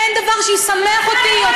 אין דבר שישמח אותי יותר,